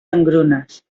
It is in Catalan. engrunes